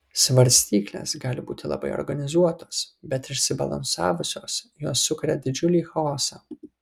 svarstyklės gali būti labai organizuotos bet išsibalansavusios jos sukuria didžiulį chaosą